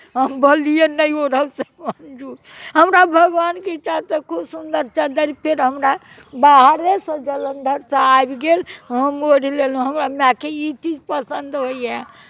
हम भलिए नहि ओढ़ब से मंजूर हमरा भगवानके इच्छासँ खूब सुन्दर चद्दरि फेर हमरा बाहरेसँ जालंधरसँ आबि गेल हम ओढ़ि लेलहुँ हमरा मायके ई चीज पसन्द होइए